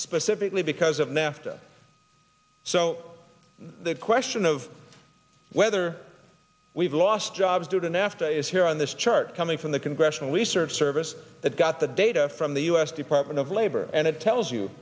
specifically because of nafta so the question of whether we've lost jobs due to nafta is here on this chart coming from the congressional research service that got the data from the u s department of labor and it tells you